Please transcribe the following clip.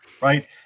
Right